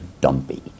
dumpy